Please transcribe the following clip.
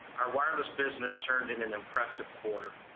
our wireless business turned in an impressive quarter.